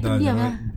dah lah